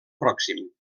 pròxim